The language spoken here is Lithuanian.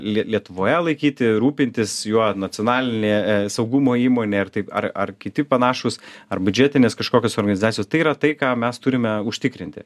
lie lietuvoje laikyti rūpintis juo nacionalinė saugumo įmonė ar tai ar ar kiti panašūs ar biudžetinės kažkokios organizacijos tai yra tai ką mes turime užtikrinti